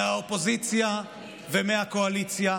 מהאופוזיציה ומהקואליציה,